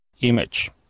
image